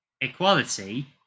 Equality